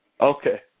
Okay